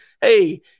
hey